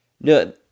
No